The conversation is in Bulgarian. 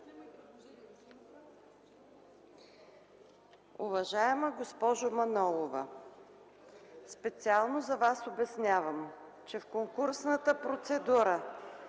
Уважаема госпожо Манолова, специално за Вас обяснявам, че в конкурсната процедура